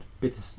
Bitter